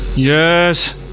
Yes